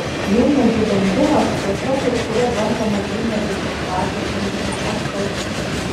vynmedžių dengimas procesas kuriuo bandoma vynmedžius apsaugoti nuo žiemos šalčių